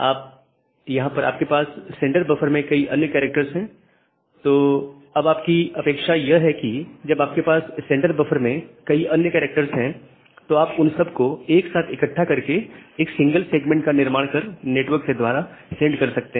अब यहां पर आपके पास सेंडर बफर में कई अन्य कैरेक्टर्स हैं तो अब आप की अपेक्षा यह है कि जब आपके पास सेंडडर बफर में कई अन्य कैरेक्टर्स हैं तो आप उन सबको एक साथ इकट्ठा करके एक सिंगल सेगमेंट का निर्माण कर नेटवर्क के द्वारा सेंड कर सकते हैं